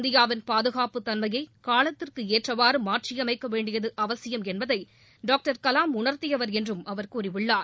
இந்தியாவின் பாதுகாப்புத் தன்மையை காலத்திற்கு ஏற்றவாறு மாற்றியமைக்க வேண்டியது அவசியம் என்பதை டாக்டர் கலாம் உணர்த்தியவர் என்றும் அவர் கூறியுள்ளார்